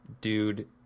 dude